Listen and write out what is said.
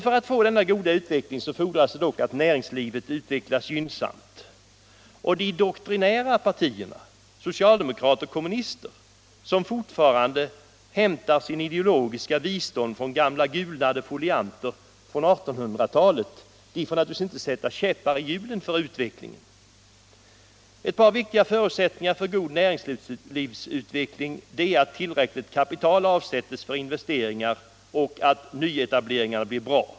För att vi skall få en god utveckling fordras det alltså att näringslivet utvecklas gynnsamt. De doktrinära partierna, socialdemokrater och kommunister, som fortfarande hämtar sin ideologiska visdom ur gamla gulnade folianter från 1800-talet får naturligtvis inte sätta käppar i hjulen för utvecklingen. Ett par viktiga förutsättningar för god näringslivsutveckling är att tillräckligt kapital avsätts för investeringar och att nyetableringarna blir bra.